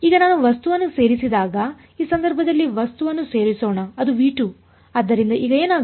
ಈಗ ನಾನು ವಸ್ತುವನ್ನು ಸೇರಿಸಿದಾಗ ಈ ಸಂದರ್ಭದಲ್ಲಿ ವಸ್ತುವನ್ನು ಸೇರಿಸೋಣ ಅದು ಆದ್ದರಿಂದ ಈಗ ಏನಾಗುತ್ತದೆ